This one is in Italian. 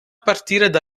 partire